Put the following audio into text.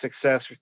Success